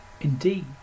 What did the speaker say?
Indeed